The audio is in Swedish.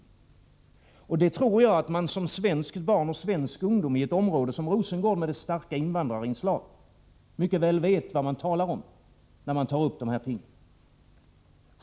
Jag tror att man som svenskt barn och som svensk ungdom i ett område som Rosengård med dess starka invandrarinslag mycket väl vet vad man talar om när man tar upp dessa ting.